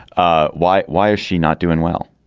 ah why? why is she not doing well?